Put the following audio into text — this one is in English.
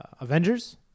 Avengers